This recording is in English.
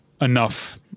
enough